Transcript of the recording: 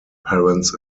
parents